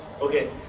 Okay